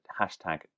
hashtag